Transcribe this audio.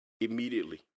immediately